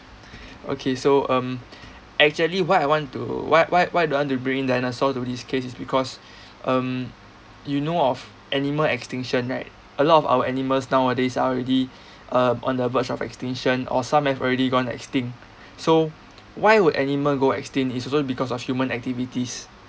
okay so um actually why I want to why why why do I want to bring dinosaur to this case is because um you know of animal extinction right a lot of our animals nowadays are already um on the verge of extinction or some have already gone extinct so why would animal go extinct is also because of human activities